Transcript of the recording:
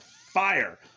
fire